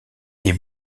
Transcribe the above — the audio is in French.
est